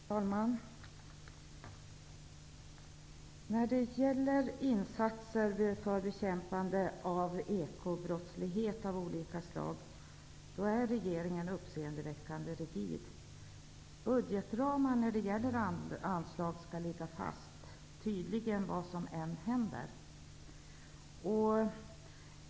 Herr talman! Regeringen är uppseendeväckande rigid när det gäller insatser för bekämpande av ekobrottslighet av olika slag. Budgetramarna skall ligga fast, tydligen vad som än händer.